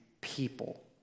people